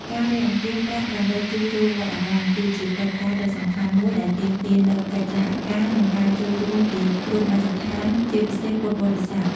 ការរៃអង្គាសប្រាក់ដើម្បីជួសជុលវត្តអារាម គឺជាកិច្ចការដ៏សំខាន់មួយដែលទាមទារនូវកិច្ចសហការ និងការចូលរួមពីគ្រប់មជ្ឈដ្ឋាន ជាពិសេសពុទ្ធបរិស័ទ។